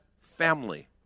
family